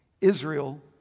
Israel